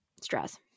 stress